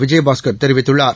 விஜயபாஸ்கர் தெரிவித்துள்ளார்